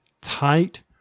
tight